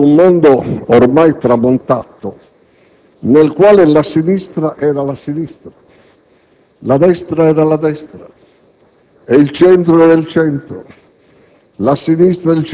Legato ad un mondo ormai tramontato, nel quale la sinistra era la sinistra, la destra era la destra e il centro era il centro,